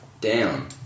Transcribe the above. down